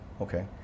Okay